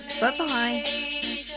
Bye-bye